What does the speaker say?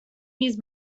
میز